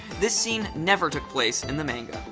this scene never took place in the manga.